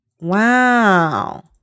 Wow